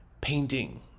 painting